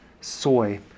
soy